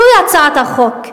זו הצעת החוק,